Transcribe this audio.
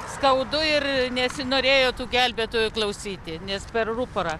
skaudu ir nesinorėjo tų gelbėtojų klausyti nes per ruporą